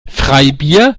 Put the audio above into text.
freibier